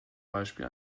beispiel